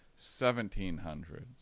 1700s